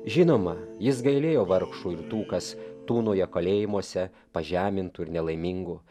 žinoma jis gailėjo vargšų ir tų kas tūnojo kalėjimuose pažemintų ir nelaimingų